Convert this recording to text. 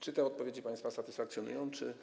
Czy te odpowiedzi państwa satysfakcjonują, czy.